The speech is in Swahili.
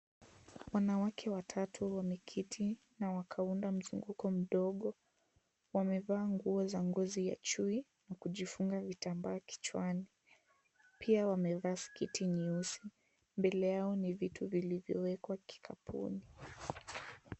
Wanawake watatu wameketi na wakaunda mzunguko mdogo. Wamevaa nguo za ngozi ya chui na kujifungua vitambaa vichwani. Pia, wamevaa sketi nyeusi. Mbele yao, ni vitu vilivyowekwa kikapuni.